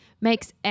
makes